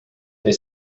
they